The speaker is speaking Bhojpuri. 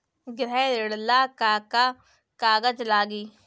गृह ऋण ला का का कागज लागी?